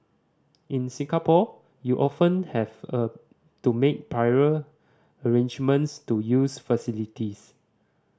in Singapore you often have a to make prior arrangements to use facilities